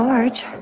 George